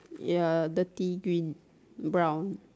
ya dirty green brown